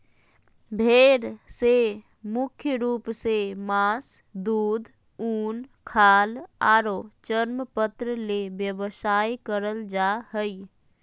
भेड़ से मुख्य रूप से मास, दूध, उन, खाल आरो चर्मपत्र ले व्यवसाय करल जा हई